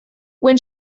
when